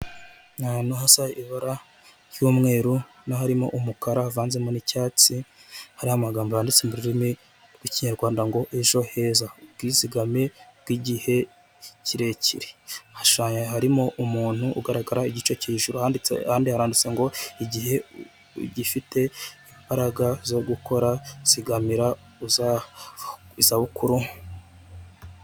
Ni ahantu hasa ibara ry'umweru na harimo umukara havanzemo n'icyatsi hariho amagambo yanditse mu rurimi rw'ikinyarwanda ngo ejo heza ubwizigame bw'igihe kirekire. Hashushanyije ,harimo umuntu ugaragara igice hejuru ahandi haranditse ngo igihe ugifite imbaraga zo gukora zigamira izabukuru.